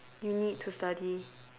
you need to study